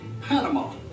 Panama